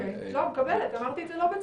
אוקיי, מקבלת, לא אמרתי את זה בציניות.